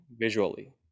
visually